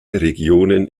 regionen